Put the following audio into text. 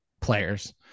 players